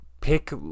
pick